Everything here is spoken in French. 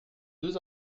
deux